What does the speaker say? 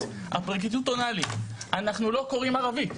הפרקליטות עונה לי 'אנחנו לא קוראים ערבית',